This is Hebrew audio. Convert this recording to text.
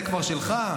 זה כבר שלך.